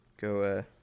go